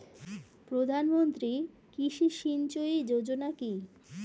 প্রধানমন্ত্রী কৃষি সিঞ্চয়ী যোজনা কি?